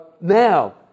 now